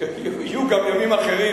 יהיו גם ימים אחרים,